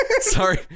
Sorry